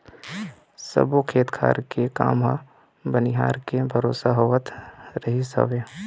सब्बो खेत खार के काम ह बनिहार के भरोसा होवत रहिस हवय